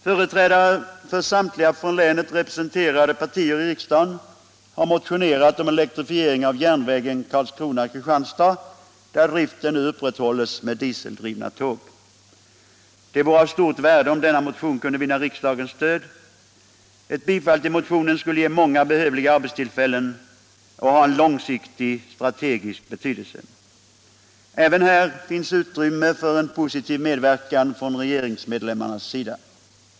Företrädare för samtliga i länet representerade partier har i riksdagen motionerat om elektrifiering av järnvägen Karlskrona-Kristianstad där driften nu upprätthålles med dieseldrivna tåg. Det vore av stort värde om denna motion kunde vinna riksdagens stöd. Ett bifall till motionen skulle ge många behövliga arbetstillfällen och ha långsiktig strategisk betydelse. Även här finns utrymme för en positiv medverkan från regeringsmedlemmarnas sida.